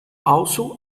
also